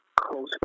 close